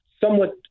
somewhat